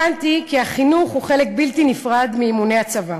הבנתי כי החינוך הוא חלק בלתי נפרד מאימוני הצבא.